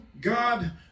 God